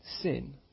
sin